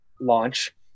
launch